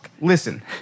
Listen